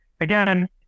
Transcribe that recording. again